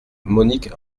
monique